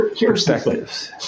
perspectives